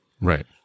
right